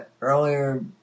earlier